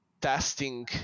testing